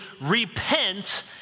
repent